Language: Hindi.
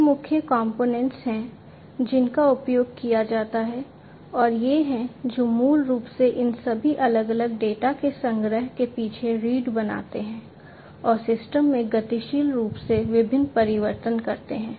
ये मुख्य कंपोनेंट्स हैं जिनका उपयोग किया जाता है और ये हैं जो मूल रूप से इन सभी अलग अलग डेटा के संग्रह के पीछे रीढ़ बनाते हैं और सिस्टम में गतिशील रूप से विभिन्न परिवर्तन करते हैं